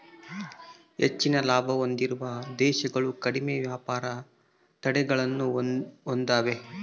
ಹೆಚ್ಚಿನ ಲಾಭ ಹೊಂದಿರುವ ದೇಶಗಳು ಕಡಿಮೆ ವ್ಯಾಪಾರ ತಡೆಗಳನ್ನ ಹೊಂದೆವ